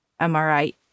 MRI